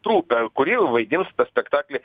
trupę kuri vaidins tą spektaklį